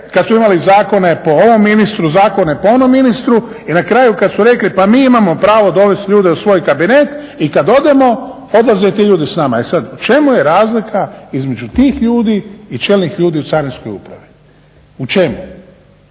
kad smo imali zakone po ovom ministru, zakone po onom ministru i na kraju kad su rekli pa mi imamo pravo dovest ljude u svoj kabinet i kad odemo odlaze i ti ljudi s nama. E sad u čemu je razlika između tih ljudi i čelnih ljudi u Carinskoj upravi? U čemu?